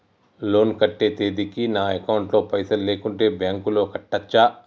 Loan కట్టే తేదీకి నా అకౌంట్ లో పైసలు లేకుంటే బ్యాంకులో కట్టచ్చా?